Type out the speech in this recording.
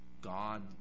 God